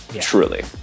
Truly